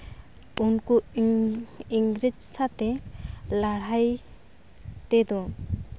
ᱩᱱᱠᱩ ᱤᱝᱨᱮᱡᱽ ᱥᱟᱣᱛᱮ ᱞᱟᱹᱲᱦᱟᱹᱭ ᱛᱮᱫᱚ